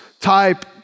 type